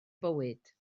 bywyd